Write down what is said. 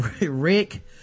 Rick